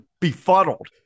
befuddled